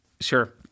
Sure